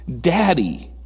daddy